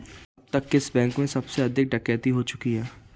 अब तक किस बैंक में सबसे अधिक डकैती हो चुकी है?